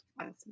Awesome